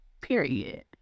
period